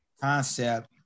concept